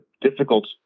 difficult